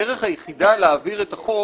הדרך היחידה להעביר את החוק